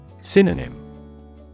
Synonym